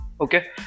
Okay